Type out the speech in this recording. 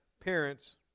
parents